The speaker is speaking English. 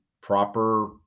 proper